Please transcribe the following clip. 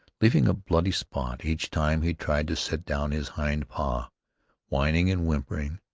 leaving a bloody spot each time he tried to set down his hind paw whining and whimpering,